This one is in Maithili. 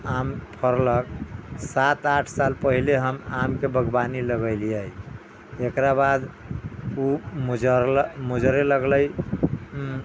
आम फरलक सात आठ साल पहिले हम आम के बागवानी लगेलियै एकरा बाद ओ मजरलै मजरे लगले